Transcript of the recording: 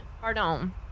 Pardon